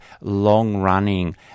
long-running –